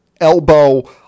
elbow